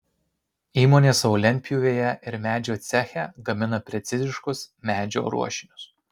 įmonė savo lentpjūvėje ir medžio ceche gamina preciziškus medžio ruošinius